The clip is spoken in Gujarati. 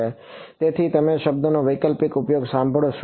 તેથી તમે આ શબ્દનો વૈકલ્પિક ઉપયોગ થતો સાંભળશો